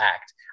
act